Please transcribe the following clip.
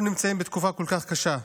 אנחנו נמצאים בתקופה כל כך קשה.